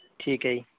ਠੀਕ ਹੈ ਜੀ